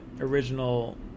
original